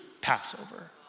Passover